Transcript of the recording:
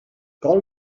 col